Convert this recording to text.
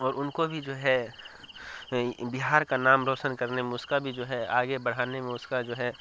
اور ان کو بھی جو ہے بہار کا نام روشن کرنے میں اس کا بھی جو ہے آگے بڑھانے میں اس کا جو ہے